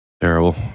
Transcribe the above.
Terrible